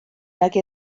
nag